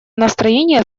настроение